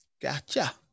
Gotcha